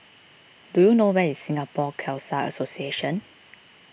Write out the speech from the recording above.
do you know where is Singapore Khalsa Association